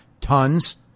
Tons